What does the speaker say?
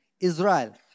Israel